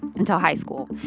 until high school.